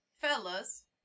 fellas